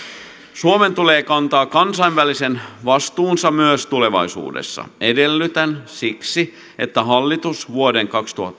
suomen tulee kantaa kansainvälinen vastuunsa myös tulevaisuudessa edellytän siksi että hallitus vuoden